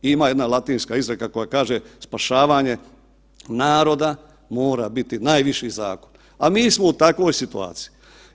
Ima jedna latinska izreka koja kaže spašavanje naroda mora biti najviši zakon, a mi smo u takvoj situaciji.